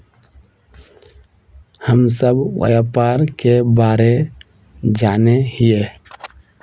हम सब व्यापार के बारे जाने हिये?